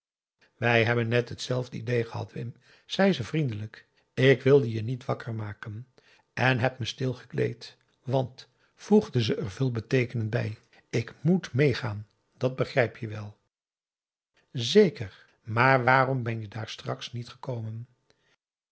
wij hebben net t zelfde idee gehad wim zei ze vriendelijk ik wilde je niet wakker maken en heb me stil gekleed want voegde ze er veelbeteekenend bij ik moet meegaan dat begrijp je wel zeker maar waarom ben je daar straks niet gekomen